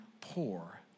poor